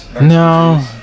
no